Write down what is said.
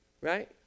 right